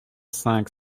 cinq